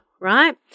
right